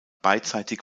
beidseitig